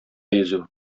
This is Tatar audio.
йөзү